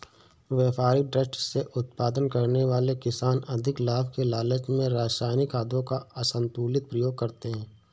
व्यापारिक दृष्टि से उत्पादन करने वाले किसान अधिक लाभ के लालच में रसायनिक खादों का असन्तुलित प्रयोग करते हैं